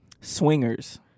Swingers